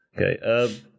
Okay